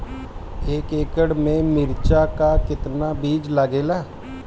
एक एकड़ में मिर्चा का कितना बीज लागेला?